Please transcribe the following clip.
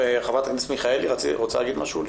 חברת הכנסת מיכאלי, את רוצה להגיד משהו?